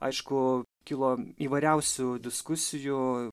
aišku kilo įvairiausių diskusijų